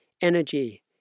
energy